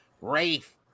Rafe